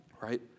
right